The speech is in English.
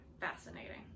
fascinating